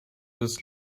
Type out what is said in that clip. was